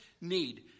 Need